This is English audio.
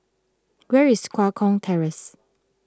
where is Tua Kong Terrace